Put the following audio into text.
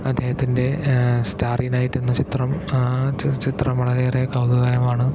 അദ്ദേഹത്തിൻ്റെ starry night എന്ന ചിത്രം ചിത്രം വളരെയേറെ കൗതുകരമാണ്